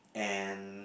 and